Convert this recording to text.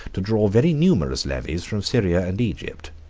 to draw very numerous levies from syria and egypt.